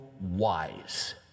wise